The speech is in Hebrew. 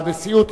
הנשיאות,